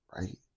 right